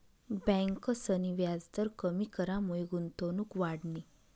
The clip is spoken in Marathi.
ब्यांकसनी व्याजदर कमी करामुये गुंतवणूक वाढनी